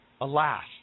Alas